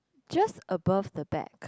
just above the back